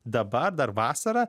dabar dar vasarą